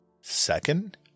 Second